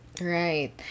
right